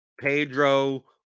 Pedro